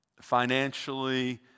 financially